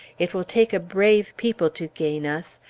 it will take a brave people to gain us,